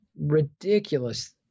ridiculous